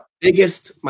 biggest